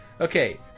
Okay